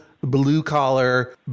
blue-collar